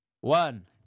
one